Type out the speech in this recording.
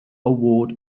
award